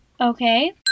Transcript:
Okay